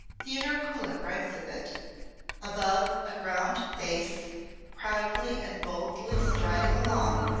theodore kullak writes of it above a ground bass proudly and boldly striding along,